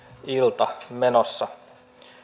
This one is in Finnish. ilta menossa